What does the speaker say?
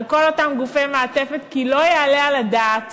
על כל אותם גופי מעטפת, כי לא יעלה על הדעת